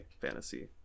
fantasy